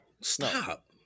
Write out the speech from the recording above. stop